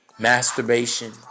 masturbation